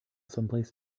someplace